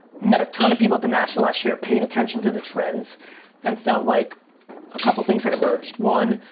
met a ton of people at the national last year, paid attention to the trends and felt like a couple things that emerged, one,